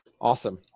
Awesome